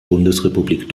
bundesrepublik